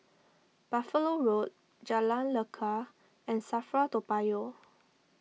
Buffalo Road Jalan Lekar and Safra Toa Payoh